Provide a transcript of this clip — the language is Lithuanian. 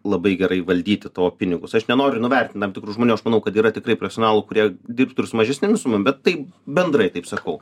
labai gerai valdyti tavo pinigus aš nenoriu nuvertinti tam tikrų žmonių aš manau kad yra tikrai profesionalų kurie dirbtų ir su mažesnėm sumom bet tai bendrai taip sakau